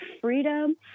freedom